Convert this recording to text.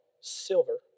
silver